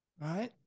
right